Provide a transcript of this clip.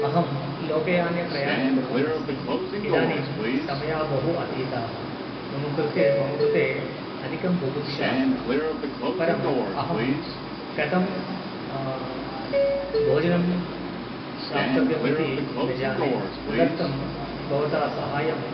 अहं लोकयाने प्रयाणं कुर्वन्नस्मि इदानीं समयः बहु अतीतः मम कृते मम कृते अधिका बुभुक्षा अस्ति परम् अहं कथं भोजनं प्राप्तव्यम् इति न जाने तदर्थं भवतां सहायं